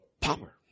Power